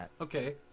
Okay